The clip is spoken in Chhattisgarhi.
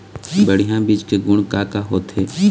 बढ़िया बीज के गुण का का होथे?